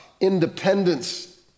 independence